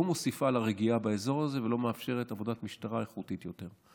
לא מוסיפה לרגיעה באזור הזה ולא מאפשרת עבודת משטרה איכותית יותר.